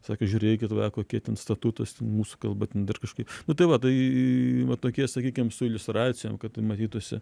sako žiūrėkit va kokia ten statutas ten mūsų kalba kažkaip nu tai va tai va tokie sakykim su iliustracijom kad matytųsi